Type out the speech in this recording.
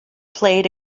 played